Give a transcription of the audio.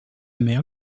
mère